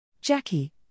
Jackie